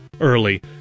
early